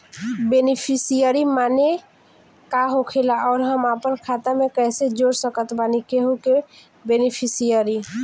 Beneficiary माने का होखेला और हम आपन खाता मे कैसे जोड़ सकत बानी केहु के बेनीफिसियरी?